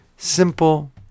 Simple